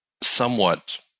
somewhat